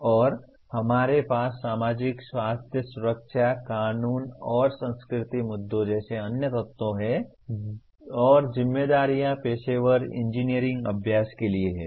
और हमारे पास सामाजिक स्वास्थ्य सुरक्षा कानूनी और सांस्कृतिक मुद्दों जैसे अन्य तत्व हैं और जिम्मेदारियां पेशेवर इंजीनियरिंग अभ्यास के लिए हैं